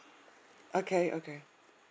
okay okay